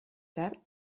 tard